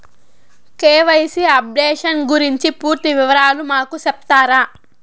KYC updation గురించి పూర్తి వివరాలు మాకు సెప్తారా?